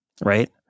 Right